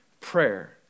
prayer